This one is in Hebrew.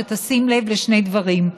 שתשים לב לשני דברים: